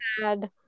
sad